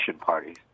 parties